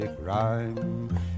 rhyme